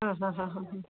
ആ ഹ ഹ ഹ ഹ